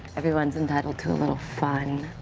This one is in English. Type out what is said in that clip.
everyone's entitled to a little fun.